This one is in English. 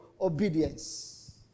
Obedience